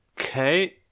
Okay